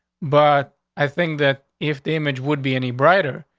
but i think that if the image would be any brighter,